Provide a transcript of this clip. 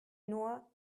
nur